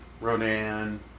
Ronan